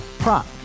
Prop